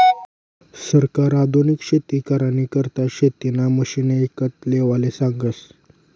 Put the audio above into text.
सरकार आधुनिक शेती करानी करता शेतीना मशिने ईकत लेवाले सांगस